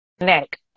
neck